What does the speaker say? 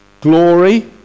glory